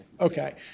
Okay